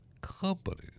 companies